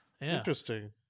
interesting